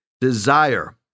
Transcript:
desire